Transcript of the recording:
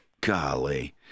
golly